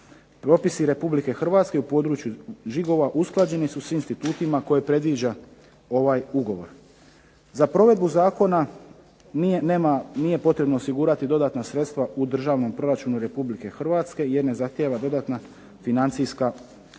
Propisi Republike Hrvatske u području žigova usklađeni su s institutima koje predviđa ovaj ugovor. Za provedbu zakona nije potrebno osigurati dodatna sredstva u državnom proračunu Republike Hrvatske jer ne zahtijeva dodatna financijska sredstva.